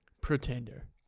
Pretender